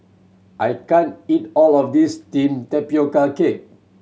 I can't eat all of this steamed tapioca cake